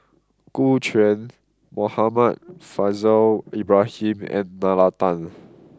Gu Juan Muhammad Faishal Ibrahim and Nalla Tan